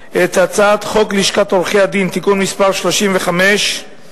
את הצעת חוק לשכת עורכי-הדין (תיקון מס' 35)